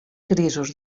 grisos